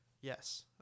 Yes